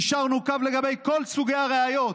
יישרנו קו לגבי כל סוגי הראיות.